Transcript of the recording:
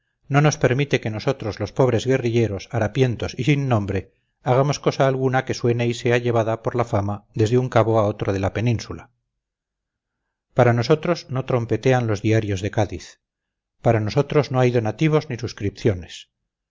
no nos permite que nosotros los pobres guerilleros harapientos y sin nombre hagamos cosa alguna que suene y sea llevada por la fama desde un cabo a otro de la península para nosotros no trompetean los diarios de cádiz para nosotros no hay donativos ni suscriciones